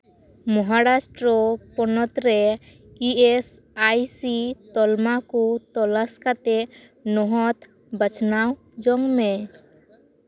ᱢᱚᱦᱟᱨᱟᱥᱴᱚᱨᱚ ᱯᱚᱱᱚᱛ ᱨᱮ E S I C ᱛᱚᱞᱢᱟ ᱠᱚ ᱛᱚᱞᱟᱥ ᱠᱟᱛᱮ ᱱᱚᱦᱚᱛ ᱵᱟᱪᱷᱱᱟᱣ ᱡᱚᱝ ᱢᱮ